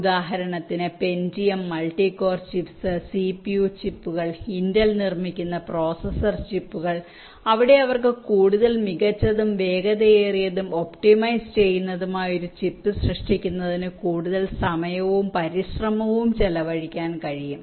ഉദാഹരണത്തിന് Pentium multicore chips CPU ചിപ്പുകൾ Intel നിർമ്മിക്കുന്ന പ്രോസസർ ചിപ്പുകൾ അവിടെ അവർക്ക് കൂടുതൽ മികച്ചതും വേഗതയേറിയതും ഒപ്റ്റിമൈസ് ചെയ്യുന്നതുമായ ഒരു ചിപ്പ് സൃഷ്ടിക്കുന്നതിന് കൂടുതൽ സമയവും പരിശ്രമവും ചെലവഴിക്കാൻ കഴിയും